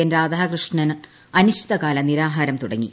N Radhakrishnan അനിശ്ചിതകാല നിരാഹാരം തുടങ്ങി